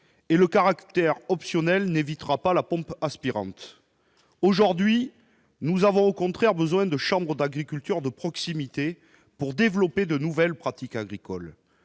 et le caractère optionnel n'évitera pas la pompe aspirante, aujourd'hui nous avons au contraire besoin de chambre d'agriculture de proximité pour développer de nouvelles pratiques agricoles,